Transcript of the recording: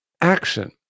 action